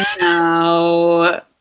No